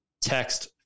text